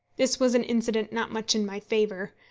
this was an incident not much in my favour,